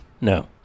No